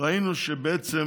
ראינו שבעצם